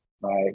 Right